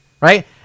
Right